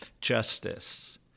justice